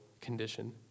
condition